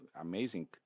amazing